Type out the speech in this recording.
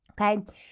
Okay